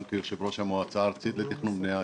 גם כיושב-ראש המועצה הארצית לתכנון ובנייה,